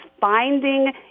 finding